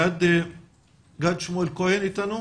גד שמואל כהן אתנו.